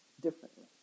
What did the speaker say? differently